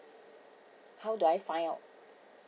how do I find out